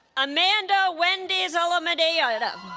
amanda wendy zalameda ah and